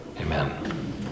amen